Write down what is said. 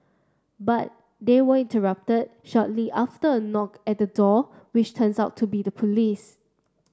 but they were interrupted shortly after a knock at the door which turns out to be the police